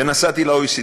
ונסעתי ל-OECD.